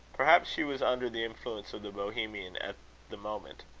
perhaps she was under the influence of the bohemian at the moment.